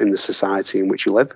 in the society in which you live,